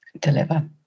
deliver